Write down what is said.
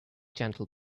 gentle